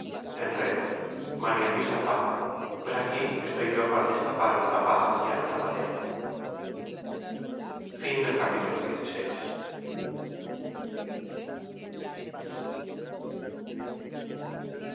enredos maría luisa tapa pues aquí estoy yo para destapar a la tapada y a la tapadera